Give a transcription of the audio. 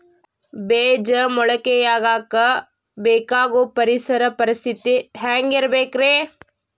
ಬೇಜ ಮೊಳಕೆಯಾಗಕ ಬೇಕಾಗೋ ಪರಿಸರ ಪರಿಸ್ಥಿತಿ ಹ್ಯಾಂಗಿರಬೇಕರೇ?